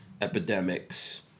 epidemics